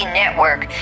network